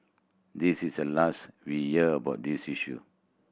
this is the last we'd hear about this issue